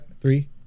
three